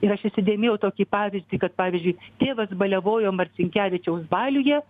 ir aš įsidėmėjau tokį pavyzdį kad pavyzdžiui tėvas baliavojo marcinkevičiaus baliuje